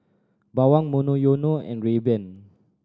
Bawang Monoyono and Rayban